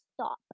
stop